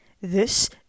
This